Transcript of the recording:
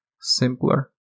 simpler